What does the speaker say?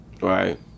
Right